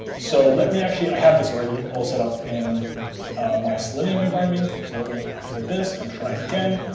so let me actually i have this already all set up in my selenium environment. so let me activate this and try again.